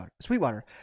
Sweetwater